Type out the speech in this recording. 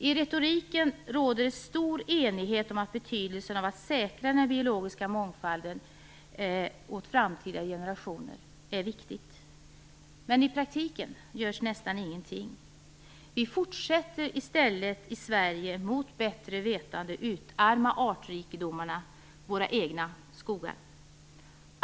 I retoriken råder det stor enighet om att det är viktigt att säkra den biologiska mångfalden åt framtida generationer. Men i praktiken görs nästan ingenting. Vi fortsätter i stället att mot bättre vetande minska artrikedomen i Sverige och utarma våra egna skogar.